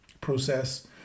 process